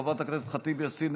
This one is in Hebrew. חברת הכנסת ח'טיב יאסין,